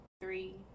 three